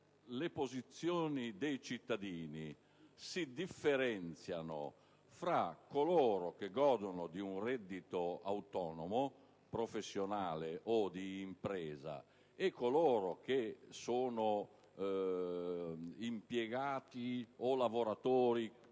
le posizioni dei cittadini si differenziano fra quelle di coloro che godono di un reddito autonomo, professionale o di impresa, e quelle di coloro che sono impiegati o lavoratori